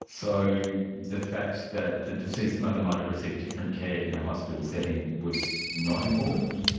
so, the fact that the deceased mother might've received different care in a hospital setting was not important?